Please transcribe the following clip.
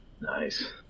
Nice